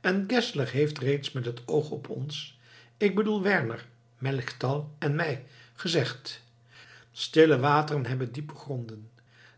en geszler heeft reeds met het oog op ons ik bedoel werner melchtal en mij gezegd stille wateren hebben diepe gronden